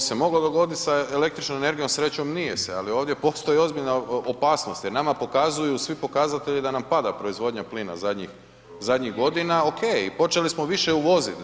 A to se moglo dogodit sa električnom energijom, srećom nije se ali ovdje postoji ozbiljna opasnost jer nama pokazuju svi pokazatelji da nam pada proizvodnja plina zadnjih godina, okej, i počeli smo više uvoziti.